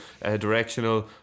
directional